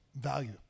value